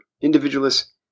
individualist